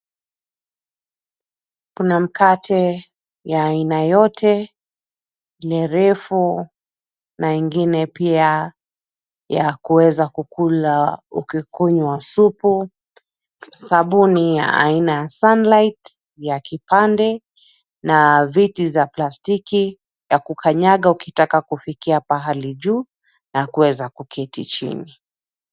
Kuna mkate ya aina yote ingine refu na ingine pia ya kuweza kukula ukikunywa supu. Sabuni ya aina ya sunlight, ya kipande na viti za plastiki ya kukanyaga ukitaka kufikia pahali juu, na kuweza kuketi chini.